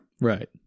right